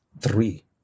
three